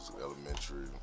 elementary